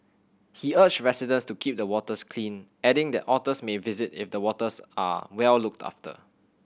he urged residents to keep the waters clean adding that otters may visit if the waters are well looked after